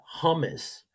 Hummus